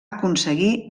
aconseguir